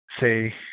say